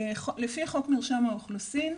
על פי חוק מרשם האוכלוסין,